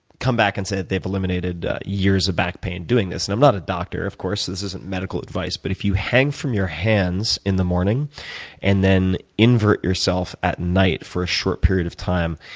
come back and say that they've eliminated years of back pain doing this. and i'm not a doctor, of course. this isn't medical advice. but if you hang from your hands in the morning and then invert yourself at night for a short period of time